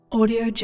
Audio